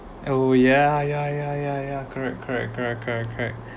oh ya ya ya ya ya correct correct correct correct correct